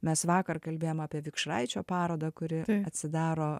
mes vakar kalbėjom apie vikšraičio parodą kuri atsidaro